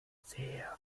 sehr